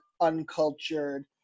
uncultured